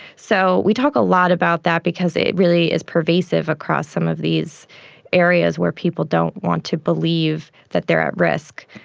so we talk a lot about that because it really is pervasive across some of these areas where people don't want to believe that they are at risk,